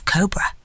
Cobra